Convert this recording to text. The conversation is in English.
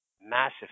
massive